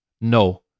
No